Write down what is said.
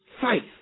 Faith